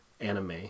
anime